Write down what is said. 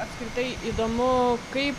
apskritai įdomu kaip